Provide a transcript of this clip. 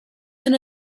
than